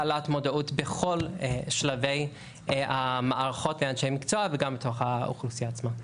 העלאת מודעות בכל שלבי המערכות ואנשי מקצוע וגם בתוך האוכלוסייה עצמה.